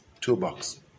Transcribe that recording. toolbox